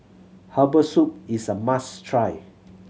herbal soup is a must try